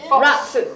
rats